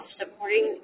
supporting